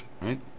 right